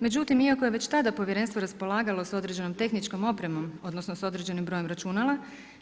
Međutim, iako je već tada povjerenstvo raspolagalo sa određenom tehničkom opremom, odnosno sa određenim brojem računala